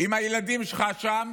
אם הילדים שלך שם